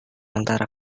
antara